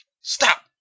Stop